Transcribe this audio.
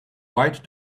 white